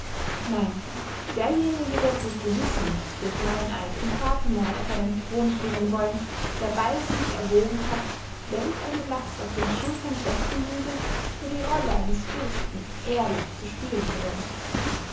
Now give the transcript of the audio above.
nein derjenige wird sich gewiß nicht durch meineid und vatermord auf einen thron schwingen wollen der bey sich erwogen hat welch eine last auf den schultern dessen liege der die rolle eines fürsten ehrlich zu spielen gedenkt